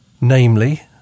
namely